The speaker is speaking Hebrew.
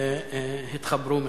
התחברו מחדש.